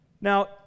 Now